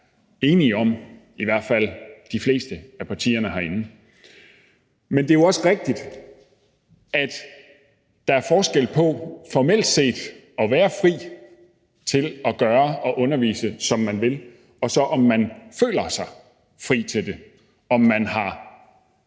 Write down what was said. enige om, i hvert fald de fleste af partierne herinde. Men det er jo også rigtigt, at der er forskel på formelt set at være fri til at gøre og undervise, som man vil, og så om man føler sig fri til det – om man har